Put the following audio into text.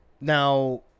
Now